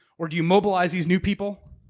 or do you mobilize these new people?